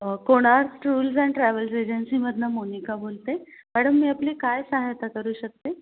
Konark tools and travels एजन्सीमधनं मोनिका बोलते madam मी आपली काय सहाय्यता करू शकते